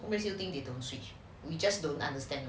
what makes you think they don't switch we just don't understand